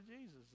Jesus